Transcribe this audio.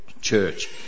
Church